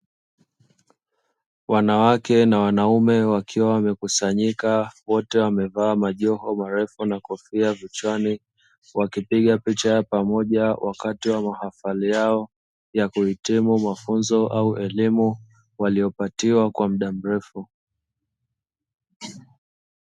Wanawake na wanaume wakiwa wamekusanyika wote wakiwa wamevaa majoho marefu na kofia kichwani, wakipiga picha ya pamoja wakati wa mahafali yao ya kuhitimu mafunzo au elimu waliyopatiwa kwa mda mrefu.